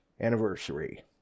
anniversary